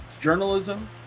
Journalism